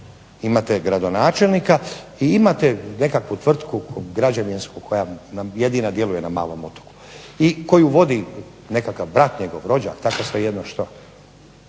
Imate gradonačelnika i imate nekakvu tvrtku građevinsku koja nam jedina djeluje na malom otoku, i koju vodi nekakav brat, njegov rođak, tako svejedno što,